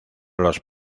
los